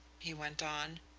he went on.